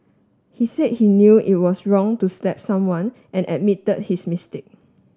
he said he knew it was wrong to slap someone and admitted his mistake